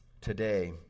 today